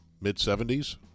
mid-70s